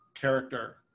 character